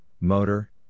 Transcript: motor